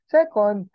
second